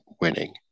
winning